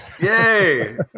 Yay